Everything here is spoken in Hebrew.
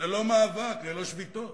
ללא מאבק וללא שביתות.